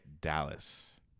dallas